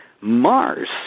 Mars